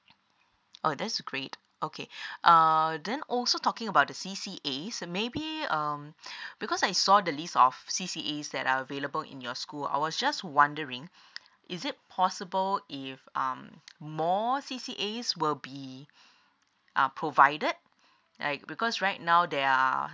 oh that's great okay err then also talking about the C_C_As maybe um because I saw the list of C_C_As that are available in your school I was just wondering is it possible if um more C_C_As will be uh provided like because right now there are